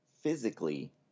physically